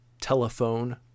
telephone